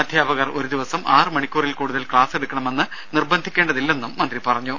അധ്യാപകർ ഒരുദിവസം ആറുമണിക്കൂറിൽ കൂടുതൽ ക്സാസെടുക്കണമെന്ന് നിർബന്ധിക്കേണ്ടതില്ലെന്നും മന്ത്രി പറഞ്ഞു